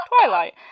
Twilight